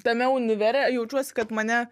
tame univere jaučiuosi kad mane